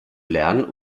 lernen